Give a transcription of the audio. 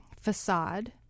facade